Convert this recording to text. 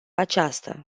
aceasta